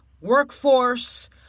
workforce